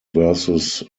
versus